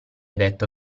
detto